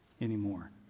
anymore